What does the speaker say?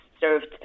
served